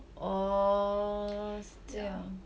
oh 是这样